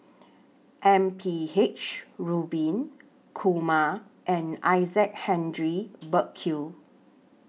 M P H Rubin Kumar and Isaac Henry Burkill